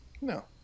No